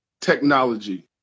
technology